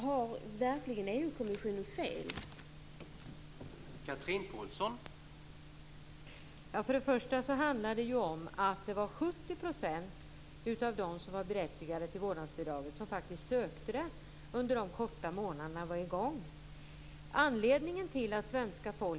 Har EU kommissionen verkligen fel?